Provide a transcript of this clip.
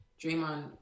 Draymond